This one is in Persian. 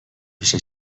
پیش